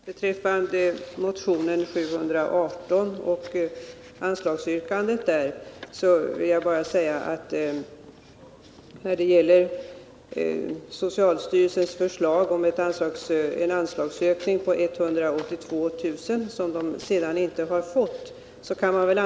Herr talman! Beträffande motionen 718 och dess anslagsyrkande vill jag bara säga följande. Socialstyrelsen föreslog en anslagsökning på 182 000 kr., som man sedan inte har fått.